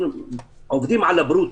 לצורך החישוב הם בודקים ש הברוטו.